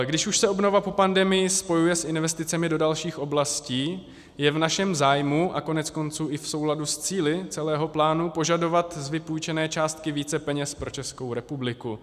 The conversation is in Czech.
Když už se obnova po pandemii spojuje s investicemi do dalších oblastí, je v našem zájmu a koneckonců i v souladu s cíli celého plánu požadovat z vypůjčené částky více peněz pro Českou republiku.